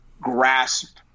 grasp